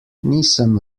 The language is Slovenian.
nisem